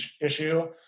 issue